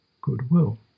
goodwill